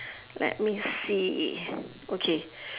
let me see okay